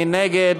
מי נגד?